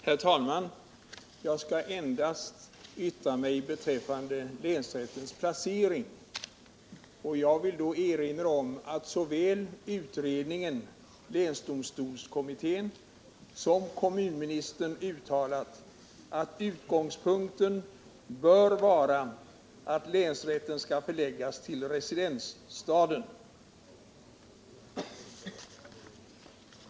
Herr talman! Jag skall endast yttra mig beträffande länsrättens placering. Vad som föranlett mig att ta till orda är att talaren från Älvsborgs län här nyss menade att i en hel del andra län utöver Älvsborgs län kunde man tänka sig en annan placering än i residensstaden.